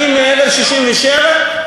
שלטנו בשטחים האלה ב-1967?